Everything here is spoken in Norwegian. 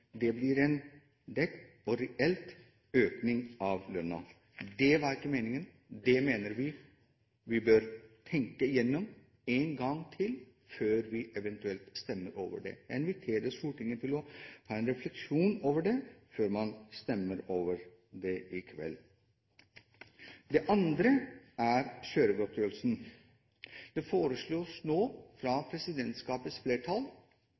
Det blir dekket og er en reell økning i lønnen. Det var ikke meningen. Dette mener vi at vi bør tenke igjennom en gang til før vi stemmer over det. Jeg vil invitere Stortinget til å reflektere over det før man stemmer over det i kveld. Det andre er kjøregodtgjørelsen. Det foreslås nå fra presidentskapets flertall